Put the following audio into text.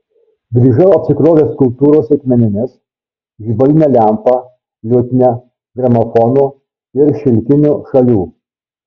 grįžau apsikrovęs kultūros reikmenimis žibaline lempa liutnia gramofonu ir šilkiniu šalių